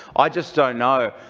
i just don't know